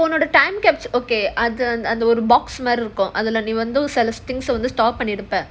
like உன்னோட:unnoda time capture okay அது அது ஒரு:adhu adhu oru box மாதிரி இருக்கும் அதுல நீ வந்து:maadhiri irukkum adhula nee vandhu